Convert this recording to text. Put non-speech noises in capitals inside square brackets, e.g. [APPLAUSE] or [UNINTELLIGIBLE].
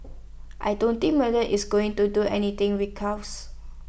I don't think Mueller is going to do anything [UNINTELLIGIBLE]